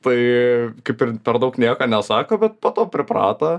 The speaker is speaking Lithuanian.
tai kaip ir per daug nieko nesako bet po to priprato